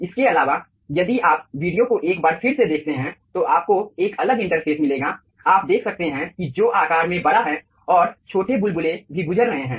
इसके अलावा यदि आप वीडियो को एक बार फिर से देखते हैं तो आपको एक अलग इंटरफ़ेस मिलेगा आप देख सकते हैं कि जो आकार में बड़ा है और छोटे बुलबुले भी गुजर रहे हैं